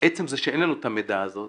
זה שאין לנו את המידע הזה,